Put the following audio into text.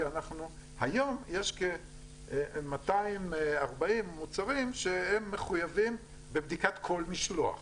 היום יש כ-240 מוצרים שהם מחויבים בבדיקת כל משלוח.